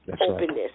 openness